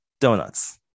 donuts